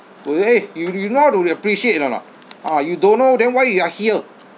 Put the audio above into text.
will they !hey! you you know how to appreciate or not ah you don't know then why you are here